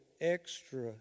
extra